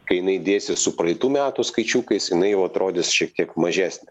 kai jinai dėsis su praeitų metų skaičiukais jinai jau atrodys šiek tiek mažesnė